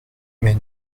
mais